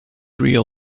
real